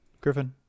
Griffin